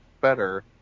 better